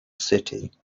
city